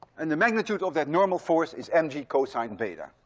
and the magnitude of that normal force is mg cosine beta,